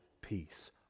peace